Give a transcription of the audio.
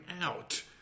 out